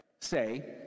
say